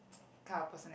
kind of person